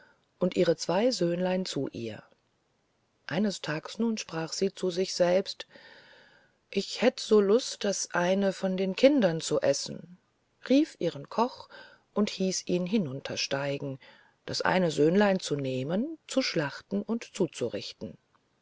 und ihre zwei söhnlein zu ihr eines tags nun sprach sie zu sich selbst ich hätte so lust das eine von den kindern zu essen rief ihren koch und hieß ihn hinuntersteigen das eine söhnlein zu nehmen zu schlachten und zuzurichten